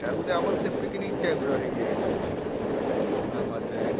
ଇ'ଟା ଗୁଟେ ଆମର୍ ସେ ପିକ୍ନିକ୍ ଟାଇପ୍ରେ ହେଇଯାଏସି ଥଣ୍ଡା ମାସେ